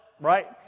right